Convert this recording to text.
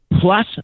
plus